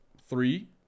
Three